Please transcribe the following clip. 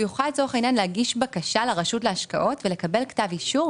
הוא יוכל להגיש בקשה לרשות להשקעות ולקבל כתב אישור,